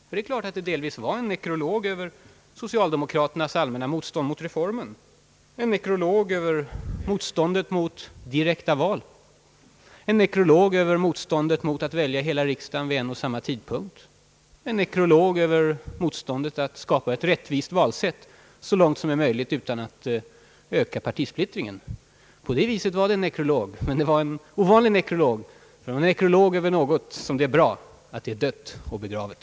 Vad jag sade var delvis en nekrolog över socialdemokraternas allmänna motstånd mot reformen, en nekrolog över motståndet mot direkta val, en nekrolog över motståndet mot att välja hela riksdagen vid en och samma tidpunkt, en nekrolog över motståndet mot att skapa ett rättvist valsätt så långt möjligt utan att öka partisplittringen. På det viset var det en nekrolog, men en ovanligt glad nekrolog, ty det är bra att motståndet mot författningsreformen är dött och begravet.